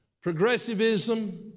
Progressivism